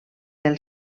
del